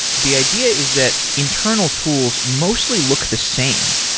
the idea is that internal tools mostly look the same.